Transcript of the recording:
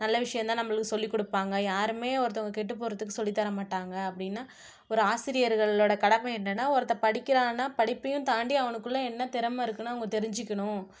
நல்ல விஷயந்தான் நம்மளுக்கு சொல்லிக் கொடுப்பாங்க யாருமே ஒருத்தவங்க கெட்டுப் போகிறத்துக்கு சொல்லித் தரமாட்டாங்க அப்படின்னா ஒரு ஆசிரியர்களோட கடமை என்னென்னா ஒருத்த படிக்கிறான்னா படிப்பையும் தாண்டி அவனுக்குள்ள என்ன திறமை இருக்குதுன்னு அவங்க தெரிஞ்சுக்கணும்